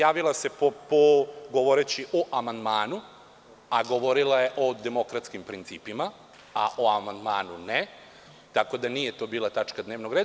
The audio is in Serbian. Javila se govoreći po amandmanu, a govorila je o demokratskim principima, a o amandmanu ne, tako da to nije bila tačka dnevnog reda.